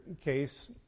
case